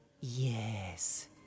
Yes